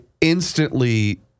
instantly